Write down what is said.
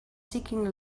seeking